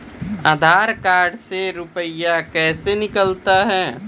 आधार कार्ड से रुपये कैसे निकलता हैं?